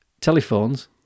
telephones